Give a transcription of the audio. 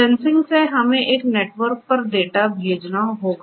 sensing से हमें एक नेटवर्क पर डेटा भेजना होगा